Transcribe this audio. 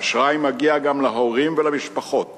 והאשראי מגיע גם להורים ולמשפחות